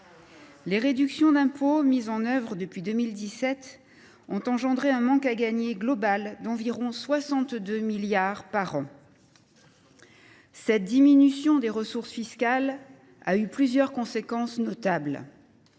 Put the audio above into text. Les réductions d’impôts mises en œuvre depuis 2017 ont engendré un manque à gagner global d’environ 62 milliards d’euros par an. Cette diminution des ressources fiscales a eu plusieurs conséquences notables.